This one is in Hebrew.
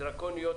דרקוניות.